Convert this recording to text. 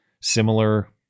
similar